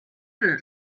方式